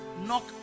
knock